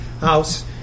house